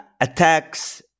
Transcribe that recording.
attacks